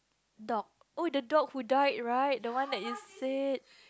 dog oh the dog who died right the one that you say